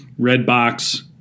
Redbox